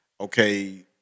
okay